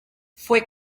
fue